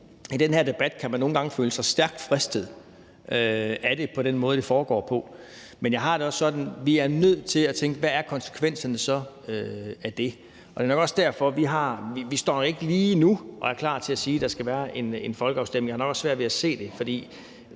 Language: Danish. måde, det foregår på, nogle gange kan føle sig stærkt fristet af det. Men jeg har det også sådan, at vi er nødt til at tænke på, hvad konsekvenserne af det så er. Og det er nok også derfor, at vi ikke lige nu står og er klar til at sige, at der skal være en folkeafstemning, og jeg har nok også svært ved at se det. For